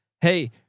hey